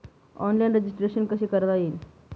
Online registration कसे करता येईल?